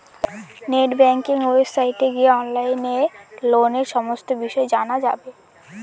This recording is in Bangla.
নেট ব্যাঙ্কিং ওয়েবসাইটে গিয়ে অনলাইনে লোনের সমস্ত বিষয় জানা যাবে